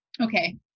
okay